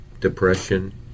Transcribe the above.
depression